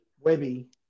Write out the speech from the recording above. Webby